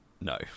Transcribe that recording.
No